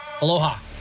Aloha